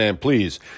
please